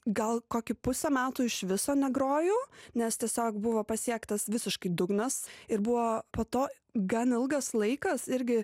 gal kokį pusę metų iš viso negrojau nes tiesiog buvo pasiektas visiškai dugnas ir buvo po to gan ilgas laikas irgi